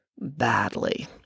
Badly